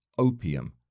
Opium